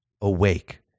awake